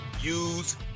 use